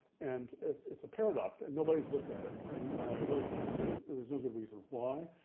and it's it's a paradox and nobody's looked at it, and i really can't say, there's no good reason why.